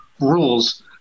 rules